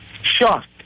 shocked